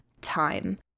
time